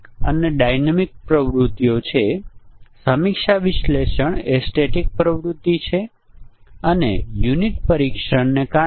તેથી 10 ઇનપુટ અને ચાલો ધારીએ કે સ્વતંત્ર રીતે આપણે તેમને સરળતા માટે લાગુ કરી શકીએ છીએ તેમ છતાં પણ આપણે ફક્ત કેટલાક સંયોજનો ચકાસી શકીએ છીએ જેમ કે કાં તો સુપરસ્ક્રિપ્ટ અથવા સબસ્ક્રિપ્ટ અને તેથી વધુ